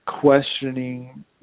questioning